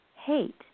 hate